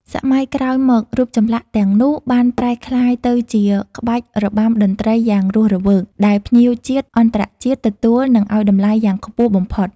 សម័យក្រោយមករូបចម្លាក់ទាំង នោះបានប្រែក្លាយទៅជាក្បាច់របាំតន្ត្រីយ៉ាងរស់រវើកដែលភ្ញៀវជាតិអន្តរជាតិទទួលនិងឱ្យតម្លៃ យ៉ាងខ្ពស់បំផុត។